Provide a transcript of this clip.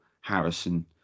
Harrison